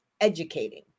educating